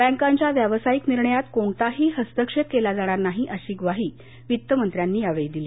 बॅकांच्या व्यावसायिक निर्णयांत कोणताही हस्तक्षेप केला जाणार नाही अशी म्वाही वित्तमंत्र्यांनी यावेळी दिली